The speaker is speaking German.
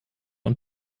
und